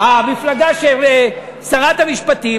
המפלגה של שרת המשפטים,